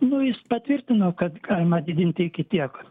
nu jis patvirtino kad galima didinti iki tiek